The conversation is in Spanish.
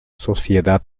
sociedad